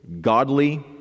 godly